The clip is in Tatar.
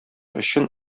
өчен